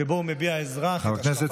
שבהן מביע האזרח את השקפת